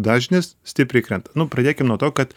dažnis stipriai krenta nu pradėkim nuo to kad